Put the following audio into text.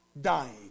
dying